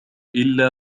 إلا